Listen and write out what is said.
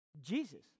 Jesus